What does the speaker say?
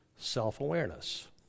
self-awareness